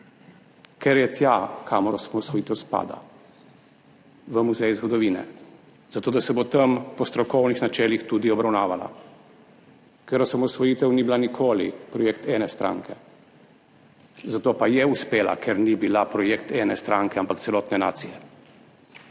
ker je tam, kamor osamosvojitev spada, v Muzej zgodovine, da se bo tam po strokovnih načelih tudi obravnavala, ker osamosvojitev ni bila nikoli projekt ene stranke, zato pa je uspela, ker ni bila projekt ene stranke, ampak celotne nacije